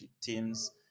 teams